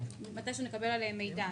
שנקבל עליהם מידע.